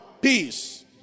peace